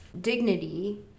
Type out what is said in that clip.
dignity